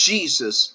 Jesus